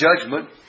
judgment